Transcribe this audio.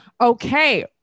Okay